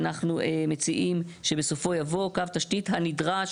ואנחנו מציעים שבסופו יבוא "קו תשתית הנדרש